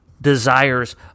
desires